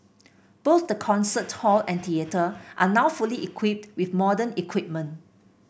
both the concert hall and theatre are now fully equipped with modern equipment